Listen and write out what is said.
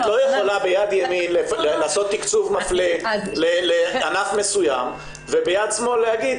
את לא יכולה ביד ימין לעשות תקצוב מפלה לענף מסוים וביד שמאל להגיד,